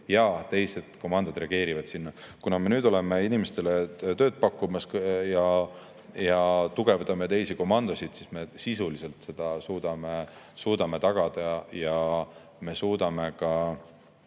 ja teised komandod reageerivad sinna. Kuna me nüüd oleme inimestele tööd pakkumas ja tugevdame teisi komandosid, siis me sisuliselt suudame seda tagada ja me suudame ka